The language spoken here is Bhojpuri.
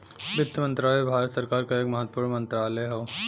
वित्त मंत्रालय भारत सरकार क एक महत्वपूर्ण मंत्रालय हौ